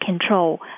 control